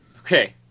Okay